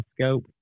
scope